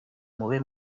mube